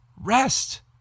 Rest